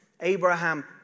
Abraham